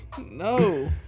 No